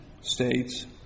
states